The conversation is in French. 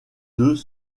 deux